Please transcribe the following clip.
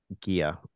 gear